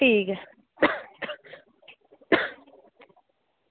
ठीक ऐ